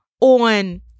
on